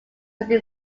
within